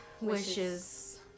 Wishes